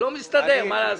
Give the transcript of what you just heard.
מה לעשות?